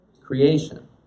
creation